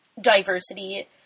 diversity